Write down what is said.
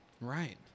Right